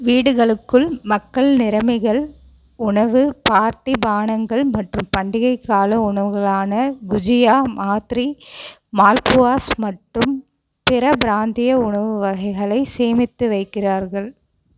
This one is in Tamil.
வீடுகளுக்குள் மக்கள் நிறமிகள் உணவு பார்ட்டி பானங்கள் மற்றும் பண்டிகை கால உணவுகளான குஜியா மாத்ரி மால்புவாஸ் மற்றும் பிற பிராந்திய உணவு வகைகளை சேமித்து வைக்கிறார்கள்